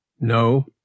No